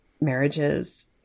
marriages